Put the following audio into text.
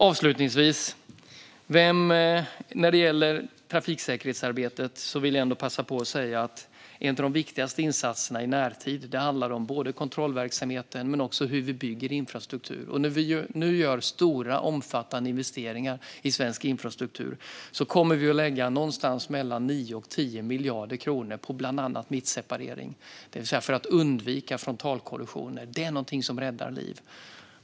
Avslutningsvis: När det gäller trafiksäkerhetsarbetet vill jag passa på att säga att en av de viktigaste insatserna i närtid handlar om både kontrollverksamheten och hur vi bygger infrastruktur. När vi nu gör stora och omfattande investeringar i svensk infrastruktur kommer vi att lägga 9-10 miljarder kronor på bland annat mittseparering för att frontalkollisioner ska undvikas. Det är någonting som räddar liv.